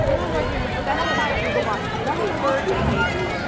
which is to specify googlebot's preferred behavior.